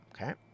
okay